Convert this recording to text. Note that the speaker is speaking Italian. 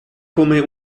come